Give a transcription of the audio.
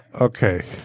Okay